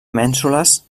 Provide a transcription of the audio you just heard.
mènsules